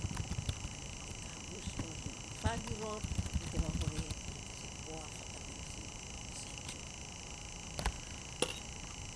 Ana ri te ka bus onot ri fagir ror, ri, te vabore, ri te ruaf osing a saii tsuri. Thank you.